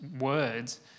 words